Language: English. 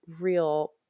real